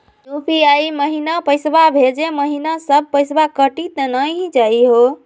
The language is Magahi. यू.पी.आई महिना पैसवा भेजै महिना सब पैसवा कटी त नै जाही हो?